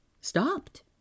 stopped